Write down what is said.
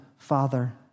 Father